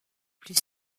plus